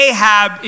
Ahab